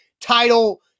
title